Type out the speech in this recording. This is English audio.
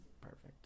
perfect